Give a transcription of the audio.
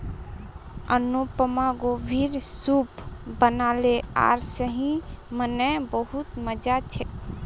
अनुपमा गोभीर सूप बनाले आर सही म न बहुत मजा छेक